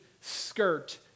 skirt